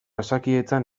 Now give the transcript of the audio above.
osakidetzan